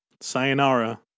sayonara